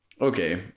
okay